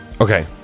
Okay